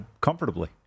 Comfortably